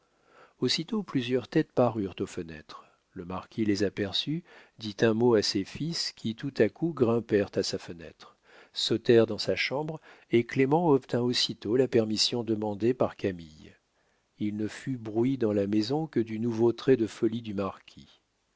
aussitôt plusieurs têtes parurent aux fenêtres le marquis les aperçut dit un mot à ses fils qui tout à coup grimpèrent à la fenêtre sautèrent dans sa chambre et clément obtint aussitôt la permission demandée par camille il ne fut bruit dans la maison que du nouveau trait de folie du marquis